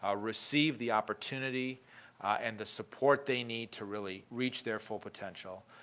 ah receive the opportunity and the support they need to really reach their full potential.